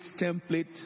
template